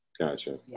gotcha